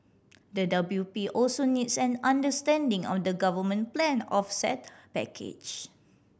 the W P also needs an understanding of the government planned offset package